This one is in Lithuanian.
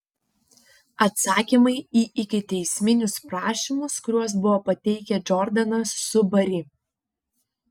atsakymai į ikiteisminius prašymus kuriuos buvo pateikę džordanas su bari